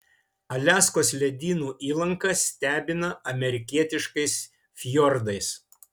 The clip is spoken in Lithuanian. aliaskos ledynų įlanka stebina amerikietiškais fjordais